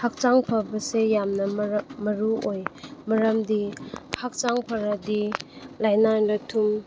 ꯍꯛꯆꯥꯡ ꯐꯕꯁꯦ ꯌꯥꯝꯅ ꯃꯔꯨ ꯑꯣꯏ ꯃꯔꯝꯗꯤ ꯍꯛꯆꯥꯡ ꯐꯔꯗꯤ ꯂꯥꯏꯅꯥ ꯂꯥꯏꯊꯨꯡ